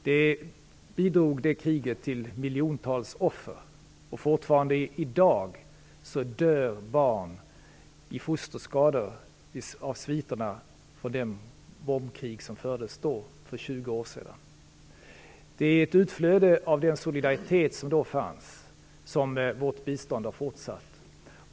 Detta krig skördade miljontals offer, och fortfarande dör barn av fosterskador i sviterna av det bombkrig som fördes för Det är som ett utflöde av den solidaritet som då fanns som vårt bistånd har fortsatt.